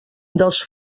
dels